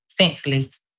senseless